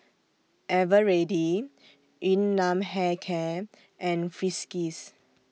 Eveready Yun Nam Hair Care and Friskies